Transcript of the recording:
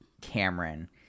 Cameron